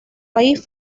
país